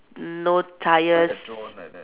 no tyres